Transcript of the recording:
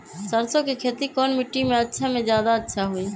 सरसो के खेती कौन मिट्टी मे अच्छा मे जादा अच्छा होइ?